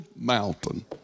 mountain